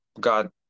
God